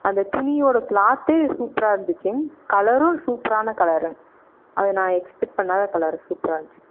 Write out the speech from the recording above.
அந்த துணியோடய கிளாத் சூப்பராக இருந்துச்சு கலரும் சூப்பரான கலர் அது நான் எக்ஸ்பெக்ட் பண்ணாத கலர் சூப்பராக இருந்துச்சு